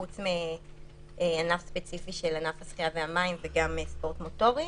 חוץ מענף השחייה והספורט המוטורי.